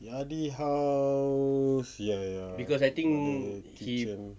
yadi house ya ya the kitchen